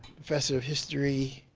professor of history